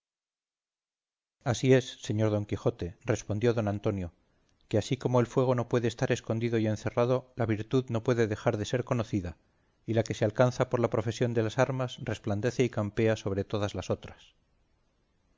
así es señor don quijote respondió don antonio que así como el fuego no puede estar escondido y encerrado la virtud no puede dejar de ser conocida y la que se alcanza por la profesión de las armas resplandece y campea sobre todas las otras